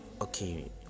okay